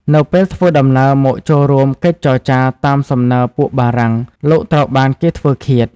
នៅពេលធ្វើដំណើរមកចូលរួមកិច្ចចរចាតាមសំណើពួកបារាំង លោកត្រូវបានគេធ្វើឃាត។